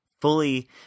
fully